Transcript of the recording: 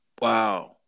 Wow